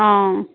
অঁ